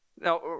Now